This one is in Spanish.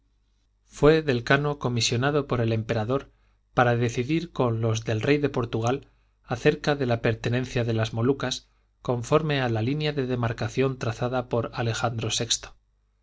fué del cano comisionado por el emperador para decidir con los del rey de portugal acerca de la pertenencia de las molucas conforme a la línea de demarcación trazada por alejandro vi